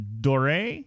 Dore